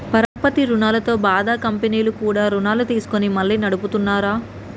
పరపతి రుణాలతో బాధ కంపెనీలు కూడా రుణాలు తీసుకొని మళ్లీ నడుపుతున్నార